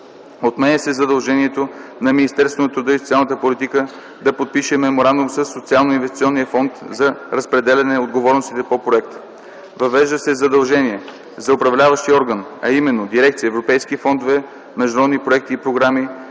Отменя се задължението на Министерството на труда и социалната политика да подпише Меморандум със Социалноинвестиционния фонд за разпределяне отговорностите по проекта. Въвежда се задължение за Управляващия орган, а именно Дирекция „Европейски фондове, международни проекти и програми”